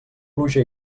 pluja